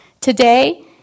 Today